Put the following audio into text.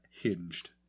hinged